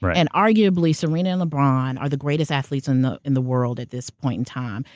but and arguably, serena and lebron are the greatest athletes in the in the world at this point in time,